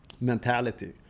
mentality